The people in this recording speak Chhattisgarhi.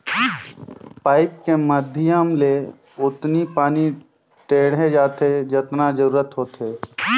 पाइप के माधियम ले ओतनी पानी टेंड़े जाथे जतना जरूरत होथे